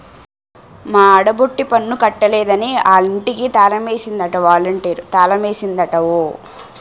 మా ఆడబొట్టి పన్ను కట్టలేదని ఆలింటికి తాలమేసిందట ఒలంటీరు తాలమేసిందట ఓ